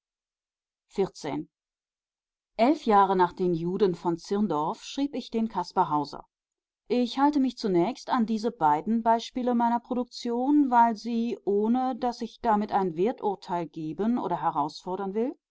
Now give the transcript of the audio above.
elf jahre nach den juden von zirndorf schrieb ich den caspar hauser ich halte mich zunächst an diese beiden beispiele meiner produktion weil sie ohne daß ich damit ein werturteil geben oder herausfordern will